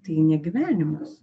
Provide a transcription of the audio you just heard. tai ne gyvenimas